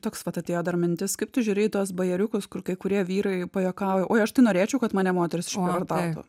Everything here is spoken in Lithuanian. toks vat atėjo dar mintis kaip tu žiūri į tuos bajeriukus kur kai kurie vyrai pajuokauja oi aš tai norėčiau kad mane moteris išprievartautų